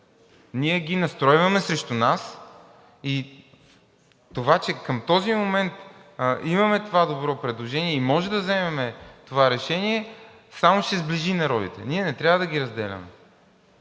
Ние ги настройваме срещу нас и това, че към този момент имаме това добро предложение и можем да вземем това решение, само ще сближи народите. Ние не трябва да ги разделяме